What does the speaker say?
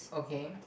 okay